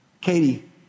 Katie